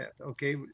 Okay